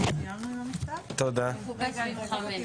5,